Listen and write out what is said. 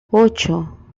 ocho